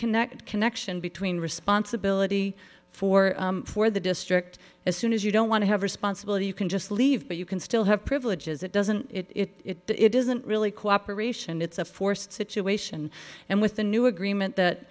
connect connection between responsibility for for the district as soon as you don't want to have responsibility you can just leave but you can still have privileges it doesn't it doesn't really co operation it's a forced situation and with the new agreement that